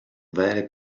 vere